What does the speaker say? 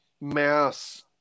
mass